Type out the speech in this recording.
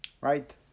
Right